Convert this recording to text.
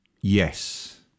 Yes